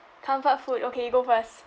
comfort food okay you go first